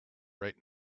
right